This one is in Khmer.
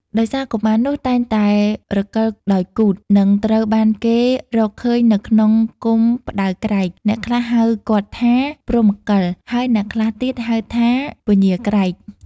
ដោយសារកុមារនោះតែងតែរង្គិលដោយគូថ និងត្រូវបានគេរកឃើញនៅក្នុងគុម្ពផ្តៅក្រែក អ្នកខ្លះហៅគាត់ថា ព្រហ្មកិល ហើយអ្នកខ្លះទៀតហៅថា ពញាក្រែក ។